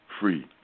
free